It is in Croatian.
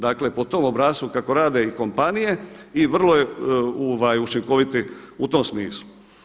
Dakle, po tom obrascu kako rade i kompanije i vrlo je učinkovit u tom smislu.